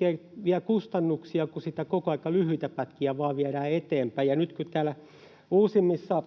ja vie kustannuksia, kun sitä koko ajan vain lyhyitä pätkiä viedään eteenpäin. Nyt kun täällä uusimmissa